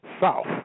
south